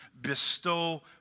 bestow